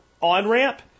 on-ramp